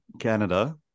Canada